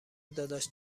داداش